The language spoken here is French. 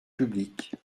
publique